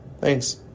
Thanks